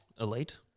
Elite